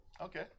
okay